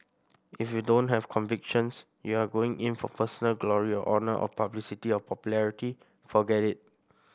if you don't have convictions you are going in for personal glory or honour or publicity or popularity forget it